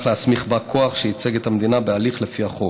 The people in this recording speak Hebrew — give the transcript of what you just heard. להסמיך בא כוח שייצג את המדינה בהליך לפי החוק.